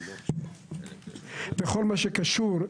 בכל מה שקשור,